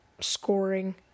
scoring